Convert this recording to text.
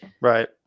right